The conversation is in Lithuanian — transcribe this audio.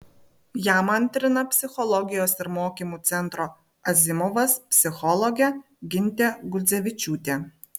jam antrina psichologijos ir mokymų centro azimovas psichologė gintė gudzevičiūtė